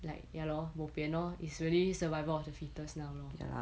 like ya lor bo pian lor is really survival of the fittest now lor